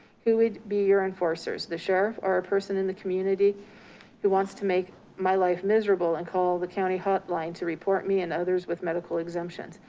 who would be your enforcers, the sheriff, or a person in the community who wants to make my life miserable and call the county hotline to report me and others with medical exemptions.